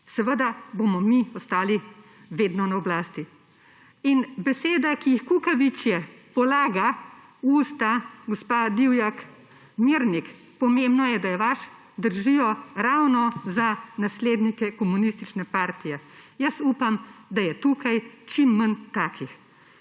ne bo, bomo mi ostali vedno na oblasti.« In beseda, ki jih kukavičje polaga v usta gospa Divjak Mirnik, pomembno je da je vaš, držijo ravno za naslednike komunistične partije. Jaz upam, da je tukaj čim manj takih.